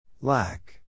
Lack